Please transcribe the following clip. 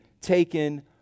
taken